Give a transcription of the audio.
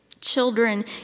Children